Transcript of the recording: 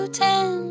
ten